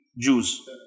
Jews